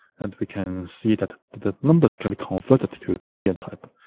and we can see that the numbers can be converted to boolean type.